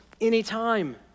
anytime